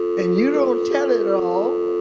and you don't tell it all,